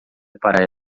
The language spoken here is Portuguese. para